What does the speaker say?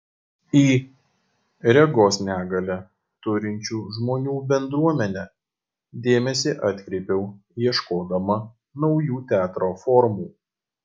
į regos negalią turinčių žmonių bendruomenę dėmesį atkreipiau ieškodama naujų teatro formų